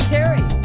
Carrie